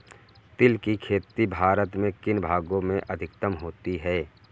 तिल की खेती भारत के किन भागों में अधिकतम होती है?